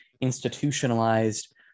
institutionalized